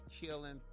killing